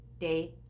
day